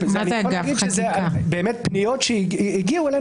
אני יכול להגיד שאלה פניות שהגיעו אלינו.